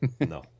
No